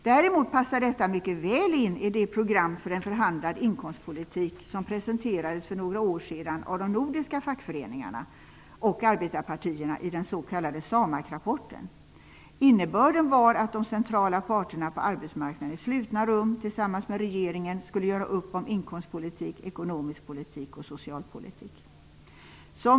Däremot passar detta mycket väl in i det program för en förhandlad inkomstpolitik som presenterades för några år sedan av de nordiska fackföreningarna och arbetarpartierna i den s.k. SAMAK-rapporten. Innebörden var att de centrala parterna på arbetsmarknaden i slutna rum tillsammans med regeringen skulle göra upp om inkomstpolitik, ekonomisk politik och socialpolitik.